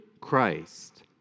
Christ